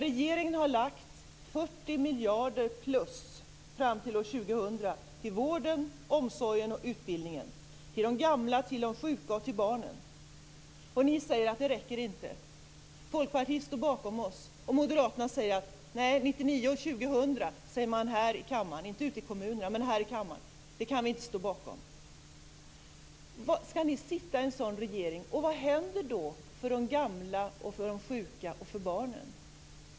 Regeringen har lagt på 40 miljarder fram till år 2000 till vården, omsorgen och utbildningen, till de gamla, de sjuka och barnen. Ni säger att det inte räcker. Folkpartiet står bakom oss. Moderaterna säger här i kammaren - inte ute i kommunerna - att de inte kan stå bakom detta 1999 och 2000. Skall ni sitta i en sådan regering? Vad händer då för de gamla, de sjuka och barnen?